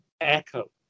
echo